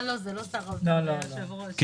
לא שר האוצר אלא היושב ראש.